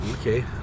Okay